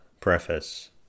Preface